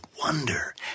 wonder